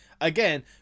again